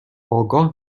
آگاه